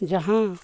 ᱡᱟᱦᱟᱸ